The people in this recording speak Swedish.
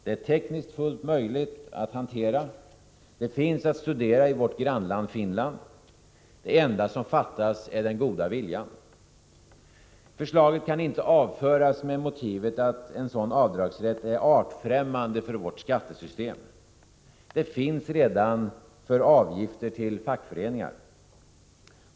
Det är tekniskt fullt möjligt att hantera, och det finns att studera i vårt grannland Finland. Det enda som fattas är den goda viljan. Förslaget kan inte avföras med motivet att en sådan avdragsrätt är artfrämmande för vårt skattesystem. Den möjligheten finns redan när det gäller avgifter till fackföreningar.